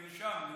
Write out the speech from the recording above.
נרשם.